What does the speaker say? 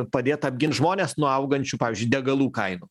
padėt apgint žmones nuo augančių pavyzdžiui degalų kainų